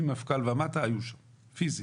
פיזית,